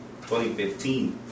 2015